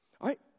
right